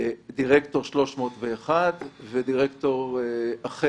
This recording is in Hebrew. דירקטור 301 ודירקטור אחר.